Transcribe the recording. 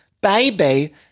baby